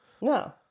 No